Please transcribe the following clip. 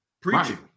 preaching